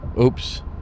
Oops